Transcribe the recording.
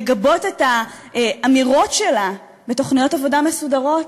לגבות את האמירות שלה בתוכניות עבודה מסודרות,